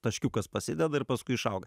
taškiukas prasideda ir paskui išauga